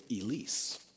Elise